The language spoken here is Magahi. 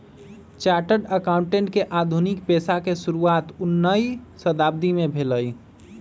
चार्टर्ड अकाउंटेंट के आधुनिक पेशा के शुरुआत उनइ शताब्दी में भेलइ